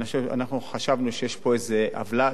אנחנו חשבנו שיש פה איזו עוולה.